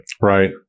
Right